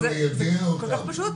צריך ליידע אותם.